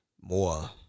more